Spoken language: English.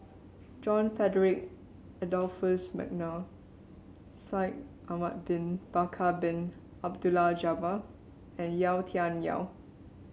John Frederick Adolphus McNair Shaikh Ahmad Bin Bakar Bin Abdullah Jabbar and Yau Tian Yau